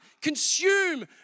consume